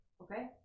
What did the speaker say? Okay